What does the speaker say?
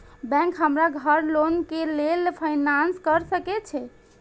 Bank हमरा घर loan के लेल फाईनांस कर सके छे?